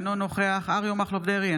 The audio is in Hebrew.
אינו נוכח אריה מכלוף דרעי,